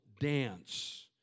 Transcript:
dance